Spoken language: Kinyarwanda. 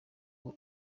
ubu